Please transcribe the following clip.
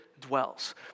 dwells